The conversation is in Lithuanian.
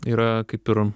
yra kaip ir